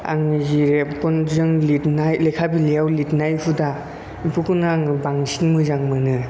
आंनि जि रेबगनजों लिरनाय लेखा बिलाइयाव लिरनाय हुदा बेफोरखौनो आङो बांसिन मोजां मोनो